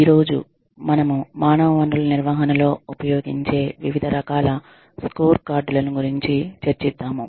ఈ రోజు మనము మానవ వనరుల నిర్వహణలో ఉపయోగించే వివిధ రకాల స్కోర్కార్డులను గురుంచి చర్చిద్దాము